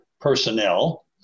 personnel